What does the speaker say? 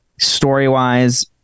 story-wise